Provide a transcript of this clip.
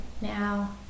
now